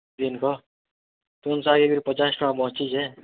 ଦିନ୍କ ତୁନ୍ ଶାଗ୍ ହେଇ କରି ପଚାଶ୍ ଟଙ୍କା ବଞ୍ଚିଯାଏ